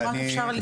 אני רק רוצה להגיד,